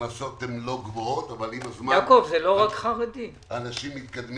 ההכנסות הן לא גבוהות אבל עם הזמן אנשים מתקדמים.